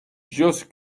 just